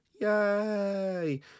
Yay